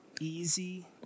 easy